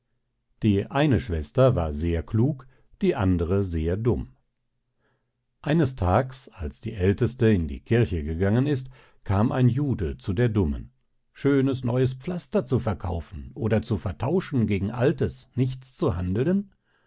die eine schwester war sehr klug die andere sehr dumm eines tags als die älteste in die kirche gegangen ist kam ein jude zu der dummen schönes neues pflaster zu verkaufen oder zu vertauschen gegen altes nichts zu handelen